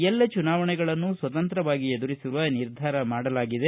ಎಲ್ಲ ಚುನಾವಣೆಗಳನ್ನು ಸ್ವತಂತ್ರವಾಗಿ ಎದುರಿಸುವ ನಿರ್ಧಾರ ಮಾಡಲಾಗಿದೆ